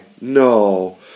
No